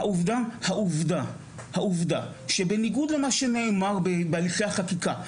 העובדה שבניגוד למה שנאמר בהליכי החקיקה,